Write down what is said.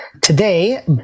today